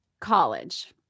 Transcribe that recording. college